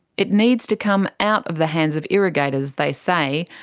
it needs to come out of the hands of irrigators, they say,